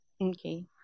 Okay